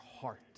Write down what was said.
heart